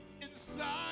inside